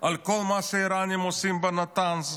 על כל מה שהאיראנים עושים בנתנז,